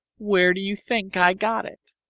where do you think i got it?